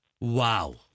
Wow